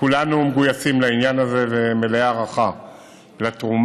ושכולנו מגויסים לעניין הזה ומלאי הערכה לתרומה.